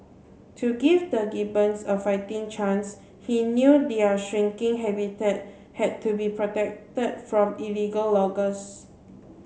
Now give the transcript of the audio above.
to give the gibbons a fighting chance he knew their shrinking habitat had to be protected from illegal loggers